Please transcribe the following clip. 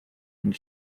and